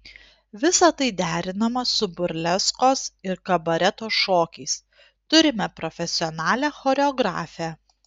visa tai derinama su burleskos ir kabareto šokiais turime profesionalią choreografę